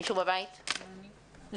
אולי